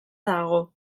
dago